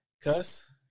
Cuss